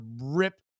rip